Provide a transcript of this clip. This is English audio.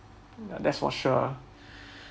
that's for sure